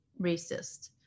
racist